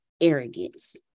arrogance